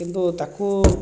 କିନ୍ତୁ ତାକୁ